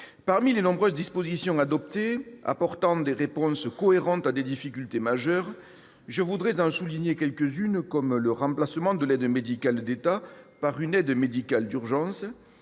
Parmi les nombreuses dispositions adoptées, apportant des réponses cohérentes à des difficultés majeures, je veux en souligner quelques-unes, comme le remplacement de l'aide médicale de l'État par une aide médicale d'urgence,